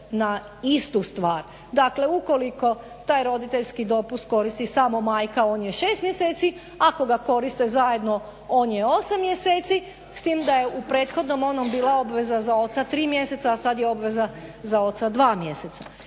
na istu stvar. Dakle ukoliko taj roditeljski dopust koristi samo majka, on je 6 mjeseci, ako ga koriste zajedno on je 8 mjeseci, s tim da je u prethodnom onom bila obveza za oca 3 mjeseca, a sada ja za oca obveza 2 mjeseca.